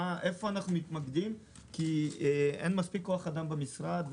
איפה אנחנו מתמקדים כי אין מספיק כוח אדם במשרד.